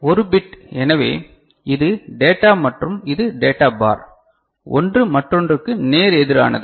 1 bit எனவே இது data மற்றும் இது டேட்டா பார் ஒன்று மற்றொன்றுக்கு நேர் எதிரானது